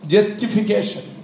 Justification